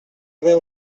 haver